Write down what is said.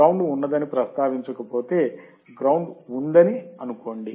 ground ఉన్నదని ప్రస్తావించకపోతే ground ఉందని అనుకోండి